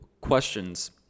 questions